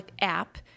app